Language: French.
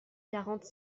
quarante